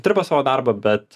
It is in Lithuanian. dirba savo darbą bet